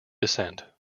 descent